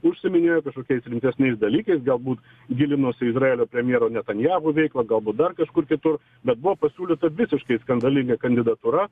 užsiiminėjo kažkokiais rimtesniais dalykais galbūt gilinuosi į izraelio premjero netanjahu veiklą galbūt dar kažkur kitur bet buvo pasiūlyta visiškai skandalinga kandidatūra